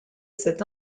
cet